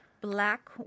Black